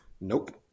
Nope